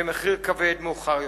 במחיר כבד מאוחר יותר.